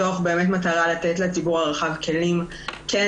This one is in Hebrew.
מתוך מטרה באמת לתת לציבור הרחב כן להפוך